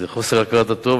זה חוסר הכרת הטוב,